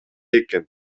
экен